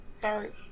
Sorry